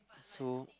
so